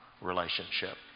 relationship